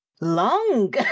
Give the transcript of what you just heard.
long